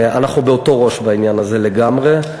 אנחנו באותו ראש בעניין הזה, לגמרי.